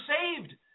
saved